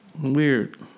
weird